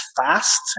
fast